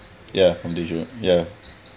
ya for leisure ya